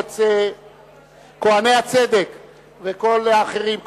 כוהני הצדק וכל האחרים,